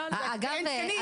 זה כי אין תקנים,